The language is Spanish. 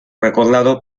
recordado